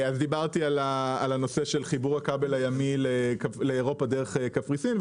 דיברתי על הנושא של חיבור הכבל הימי לאירופה דרך קפריסין,